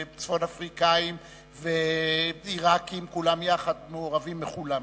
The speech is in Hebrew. וצפון-אפריקאים ועירקים, כולם יחד מעורבים בכולנו.